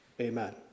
Amen